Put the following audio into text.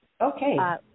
Okay